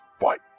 fight